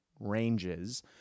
ranges